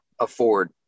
afford